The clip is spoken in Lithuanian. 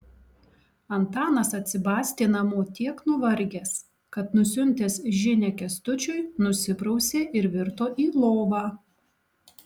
antanas atsibastė namo tiek nuvargęs kad nusiuntęs žinią kęstučiui nusiprausė ir virto į lovą